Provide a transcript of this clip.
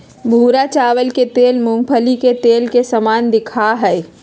भूरा चावल के तेल मूंगफली के तेल के समान दिखा हई